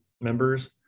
members